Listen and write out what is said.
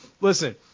listen